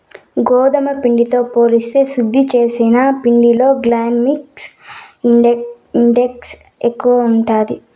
గోధుమ పిండితో పోలిస్తే శుద్ది చేసిన పిండిలో గ్లైసెమిక్ ఇండెక్స్ ఎక్కువ ఉంటాది